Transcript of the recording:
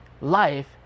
life